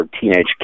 teenage